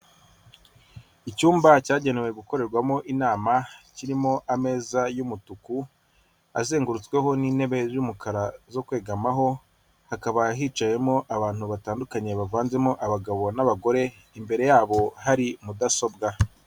Icyumba cyagenewe gukorerwamo inama kirimo ameza y'umutuku, azengurutsweho n'intebe z'umukara zo kwegamaho, hakaba hicayemo abantu batandukanye bavanzemo abagabo n'abagore imbere yabo hari mudasobwa.